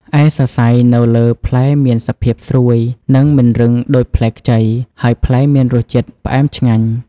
ឯសរសៃនៅលើផ្លែមានសភាពស្រួយនិងមិនរឹងដូចផ្លែខ្ចី ហើយផ្លែមានរសជាតិផ្អែមឆ្ងាញ់។